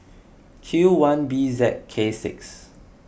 Q one B Z K six